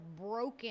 broken